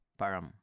Param